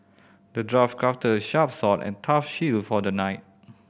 the dwarf crafted a sharp sword and tough shield for the knight